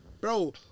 Bro